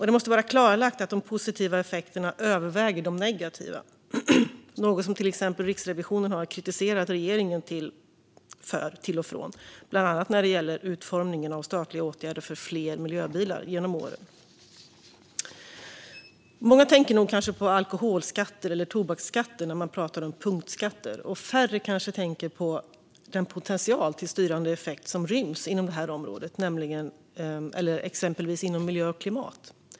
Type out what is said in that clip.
Det måste vara klarlagt att de positiva effekterna överväger de negativa, något som till exempel Riksrevisionen har kritiserat regeringen för till och från, bland annat när det gäller utformningen av statliga åtgärder för fler miljöbilar genom åren. Många tänker nog på alkoholskatter eller tobaksskatter när man pratar om punktskatter. Färre tänker kanske på den potential till styrande effekt som ryms inom detta område, exempelvis inom miljö och klimat.